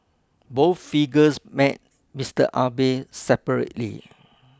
both figures met Mister Abe separately